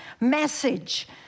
message